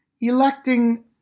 Electing